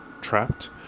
trapped